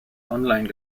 online